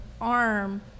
arm